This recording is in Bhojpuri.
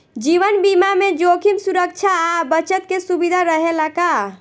जीवन बीमा में जोखिम सुरक्षा आ बचत के सुविधा रहेला का?